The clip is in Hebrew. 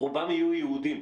רובם יהיו יהודים.